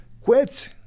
quit